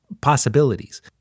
possibilities